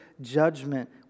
judgment